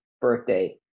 birthday